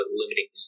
limiting